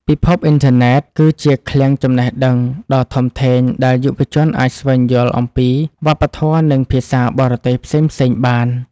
ពិភពអ៊ីនធឺណិតគឺជាឃ្លាំងចំណេះដឹងដ៏ធំធេងដែលយុវជនអាចស្វែងយល់អំពីវប្បធម៌និងភាសាបរទេសផ្សេងៗបាន។